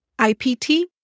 IPT